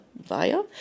via